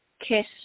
kiss